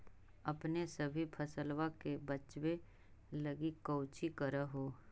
अपने सभी फसलबा के बच्बे लगी कौची कर हो?